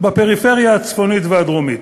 בפריפריה הצפונית והדרומית.